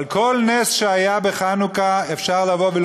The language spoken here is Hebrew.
אבל על כל נס שהיה בחנוכה אפשר לומר: